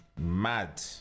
mad